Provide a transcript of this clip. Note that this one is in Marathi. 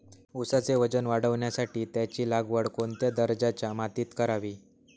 ऊसाचे वजन वाढवण्यासाठी त्याची लागवड कोणत्या दर्जाच्या मातीत करावी?